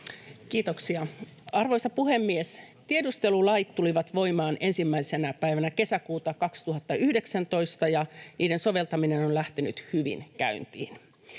Kiitoksia, arvoisa puhemies! Tiedustelulait tulivat voimaan 1. päivänä kesäkuuta 2019, ja niiden soveltaminen on lähtenyt hyvin käyntiin.